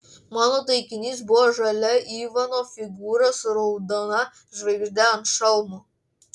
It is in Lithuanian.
mano taikinys buvo žalia ivano figūra su raudona žvaigžde ant šalmo